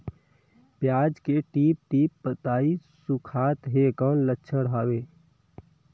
पियाज के टीप टीप के पतई सुखात हे कौन लक्षण हवे?